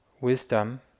wisdom